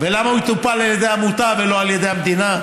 ולמה הוא יטופל על ידי עמותה ולא על ידי המדינה?